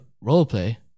role-play